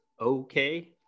okay